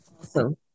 Awesome